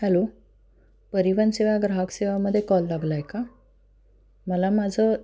hello परिवहन सेवा ग्राहक सेवामध्ये कॉल लागला आहे का मला माझं